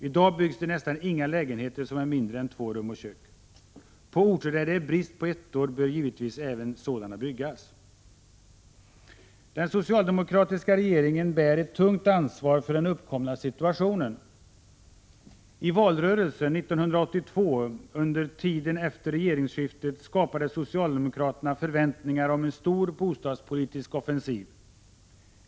I dag byggs det nästan inga lägenheter som är mindre än två rum och kök. På orter där det är brist på ettor bör givetvis även sådana byggas. Den socialdemokratiska regeringen bär ett tungt ansvar för den uppkomna situationen. I valrörelsen 1982 och under tiden efter regeringsskiftet skapade socialdemokraterna förväntningar om en stor bostadspolitisk offensiv.